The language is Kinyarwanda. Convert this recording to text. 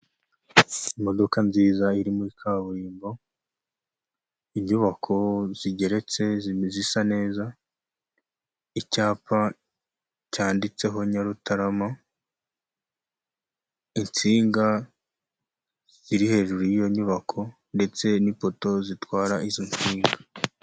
Imodoka nziza iri muri kaburimbo, inyubako zigeretse zisa neza, icyapa cyanditseho Nyarutarama, insinga ziri hejuru y'iyo nyubako ndetse n'ipoto zitwara izo nsinga.